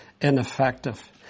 ineffective